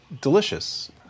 delicious